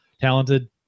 talented